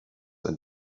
and